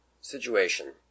situation